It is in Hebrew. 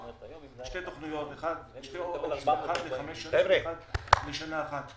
הצגנו שתי תוכניות, אחת לחמש שנים ואחת לשנה אחת.